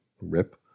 Rip